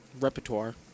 repertoire